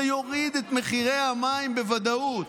זה יוריד את מחירי המים בוודאות.